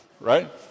right